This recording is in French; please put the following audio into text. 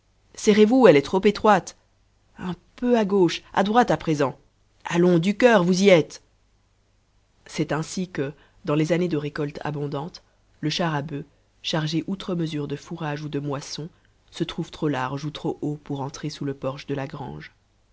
serrez-vous elle est trop étroite un peu à gauche à droite à présent allons du cur vous y êtes c'est ainsi que dans les années de récolte abondante le char à bufs chargé outre mesure de fourrage ou de moissons se trouve trop large ou trop haut pour entrer sous le porche de la grange